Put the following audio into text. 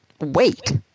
wait